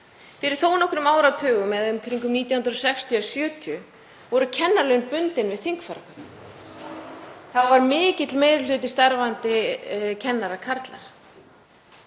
Fyrir þó nokkrum áratugum, í kringum 1960 til 1970, voru kennaralaun bundin við þingfararkaup. Þá var mikill meiri hluti starfandi kennara karlar.